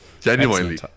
Genuinely